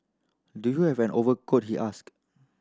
do you have an overcoat he asked